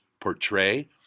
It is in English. portray